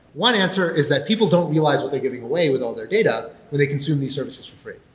one answer is that people don't realize what they're giving away with all their data when they consume these services for free.